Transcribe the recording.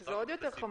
שזה עוד יותר חמור.